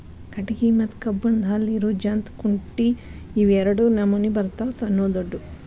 ಕಟಗಿ ಮತ್ತ ಕಬ್ಬನ್ದ್ ಹಲ್ಲ ಇರು ಜಂತ್ ಕುಂಟಿ ಇವ ಎರಡ ನಮೋನಿ ಬರ್ತಾವ ಸಣ್ಣು ದೊಡ್ಡು